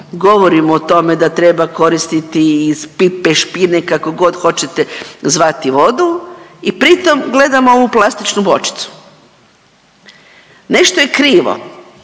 govorimo o tome da trebamo koristiti iz pipe, špine, kako god hoćete zvati vodu i pritom gledamo ovu plastičnu bočicu. Nešto je krivo,